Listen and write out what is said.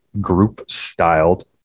group-styled